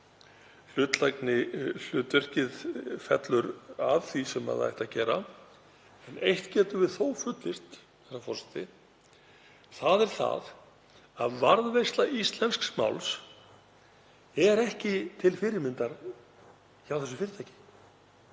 hlutlægnishlutverkið fellur að því sem það ætti að gera. Eitt getum við þó fullyrt, herra forseti, og það er að varðveisla íslensks máls er ekki til fyrirmyndar hjá þessu fyrirtæki